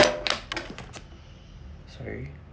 sorry